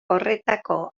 horretako